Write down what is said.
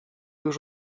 już